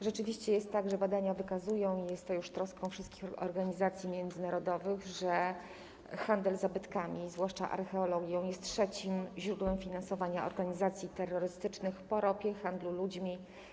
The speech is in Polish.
Rzeczywiście jest tak, jak wykazują badania, że jest to już troską wszystkich organizacji międzynarodowych, iż handel zabytkami, zwłaszcza archeologią, jest trzecim źródłem finansowania organizacji terrorystycznych po ropie, handlu ludźmi.